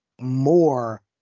more